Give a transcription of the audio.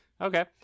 Okay